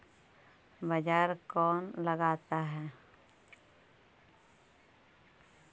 बाजार कौन लगाता है?